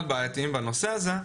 מאוד בעייתיים בנושא הזה,